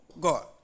God